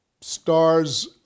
stars